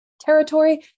territory